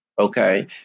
Okay